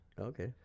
Okay